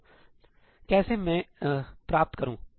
तो कैसे मैं कैसे प्राप्त करूं